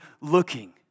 looking